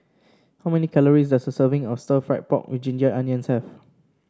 how many calories does a serving of stir fry pork with Ginger Onions have